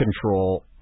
control